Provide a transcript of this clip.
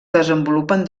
desenvolupen